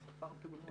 אתם ספרתם אותו?